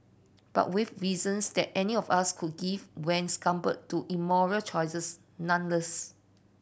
but with reasons that any of us could give when succumbed to immoral choices nonetheless